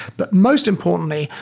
but most importantly,